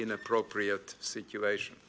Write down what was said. inappropriate situation